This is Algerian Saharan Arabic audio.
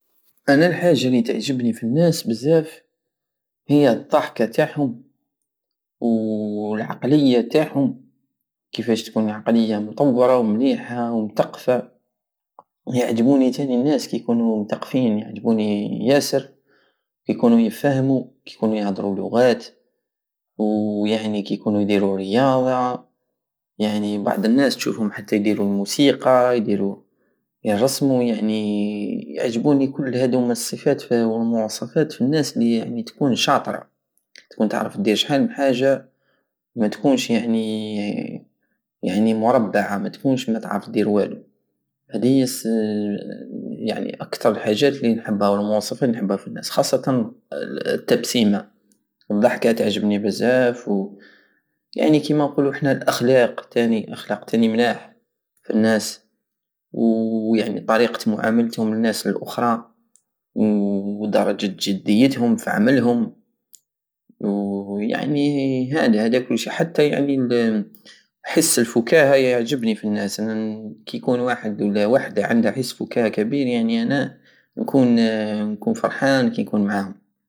انا الحاجة الي تعجبني في الناس بزاف هي الضحكة والعقلية تاعهم كيفاش تكون عقلية مطورة ومليحة ومتقفة ويعجبوني تاني الناس كي يكونو متقفين يعجبوني ياسر كي يكونو يفهمو كي يكونو يهدرو اللغات ويعني كي يكونو يديرو الرياضة يعني بعض الناس تشوفهم حتى يديرو الموسيقى يديرو يرسمو يعني يعجبوني كل هدوما الصفات والمواصفات فالناس الي تكون شاطرة تكون تعرف ادير شحال من حاجة متكونش يعني- يعني مربعة متكونش متعرف ادير والو هدهية الس- يعني اكتر حاجات ومواصفات نحبها فالناس خاصتا التبسيمة الضحكة تعجبني بزاف ويعني كيما نقولو حنا الاخلاق تاني ملاح في الناس ويعني طريقة معاملتهم لناس الاخرى ودرجة جديتهم فعملهم ويعني هدا- هدا كل شيء حتى يعني حس الفكاهة يعجبني فالناس كي يكون واحد ولا وحدى عندها حس الفكاهة كبير يعني انا نكون- نكون فرحان كي نكون معاها